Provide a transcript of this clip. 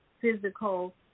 physical